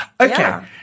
Okay